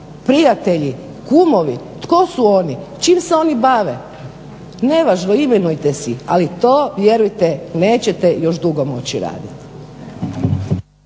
Prijatelji, kumovi? Tko su oni? Čime se oni bave? Nevažno, imenujte si ih. Ali to vjerujte nećete još dugo moći raditi.